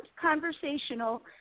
conversational